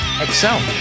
excel